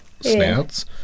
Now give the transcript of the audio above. snouts